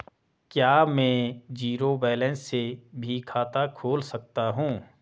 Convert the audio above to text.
क्या में zero balance से भी खाता खोल सकता हूँ?